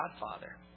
Godfather